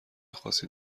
خاصی